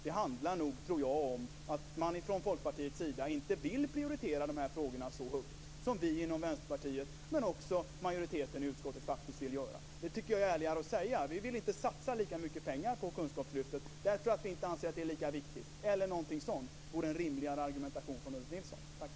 Jag tror att det handlar om att man från Folkpartiets sida inte vill prioritera de här frågorna så högt som vi inom Vänsterpartiet, men också majoriteten i utskottet, faktiskt vill göra. Det tycker jag är ärligare att säga: Vi vill inte satsa lika mycket pengar på kunskapslyftet, därför att vi inte anser att det är lika viktigt, eller något sådant. Det vore en rimligare argumentation, Ulf Nilsson.